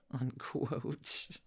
unquote